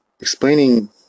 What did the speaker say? explaining